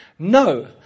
No